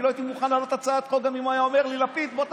אני לא הייתי מוכן להעלות הצעת חוק גם אם היה אומר לי לפיד: בוא,